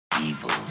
Evil